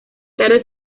tarde